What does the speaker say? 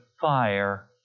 fire